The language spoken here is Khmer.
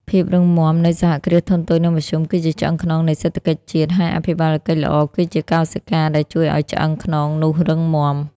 ភាពរឹងមាំនៃ សហគ្រាសធុនតូច និងមធ្យម គឺជាឆ្អឹងខ្នងនៃសេដ្ឋកិច្ចជាតិ ហើយអភិបាលកិច្ចល្អគឺជាកោសិកាដែលជួយឱ្យឆ្អឹងខ្នងនោះរឹងមាំ។